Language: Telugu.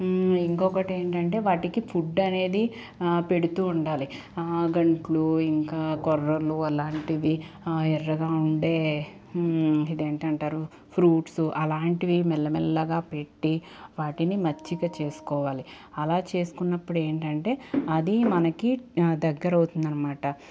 ఇంకొకటి ఏంటంటే వాటికి ఫుడ్ అనేది పెడుతూ ఉండాలి గంట్లు ఇంకా కొర్రలు అలాంటివి ఆ ఎర్రగా ఉండే ఇది ఏంటి అంటారు ఫ్రూట్స్ అలాంటివి మెల్లమెల్లగా పెట్టి వాటిని మచ్చిగ చేసుకోవాలి అలా చేసుకున్నప్పుడు ఏంటంటే అది మనకి దగ్గర అవుతుంది అనమాట